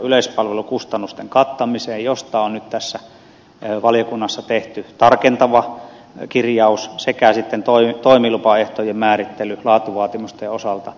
yleispalvelukustannusten kattamiseen josta on nyt tässä valiokunnan mietinnössä tehty tarkentava kirjaus sekä toimilupaehtojen määrittelyyn laatuvaatimusten osalta